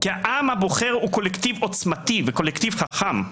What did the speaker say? כי העם הבוחר הוא קולקטיב עוצמתי וקולקטיב חכם.